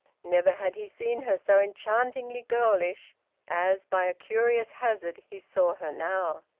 never had he seen her so enchantingly girlish as, by a curious hazard, he saw her now.